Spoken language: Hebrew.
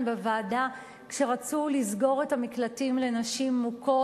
בוועדה כשרצו לסגור את המקלטים לנשים מוכות,